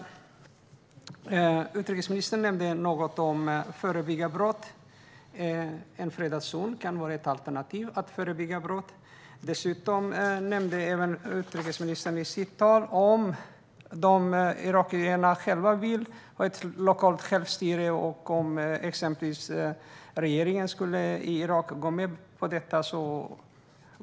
Utrikesministern nämnde något om att förebygga brott. En fredad zon kan vara ett alternativ för att göra detta. Dessutom nämnde utrikesministern i sitt anförande om irakierna själva vill ha ett lokalt självstyre och om regeringen i Irak skulle gå med på det.